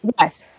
yes